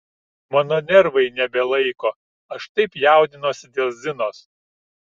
mano nervai nebelaiko aš taip jaudinuosi dėl zinos